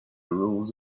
rules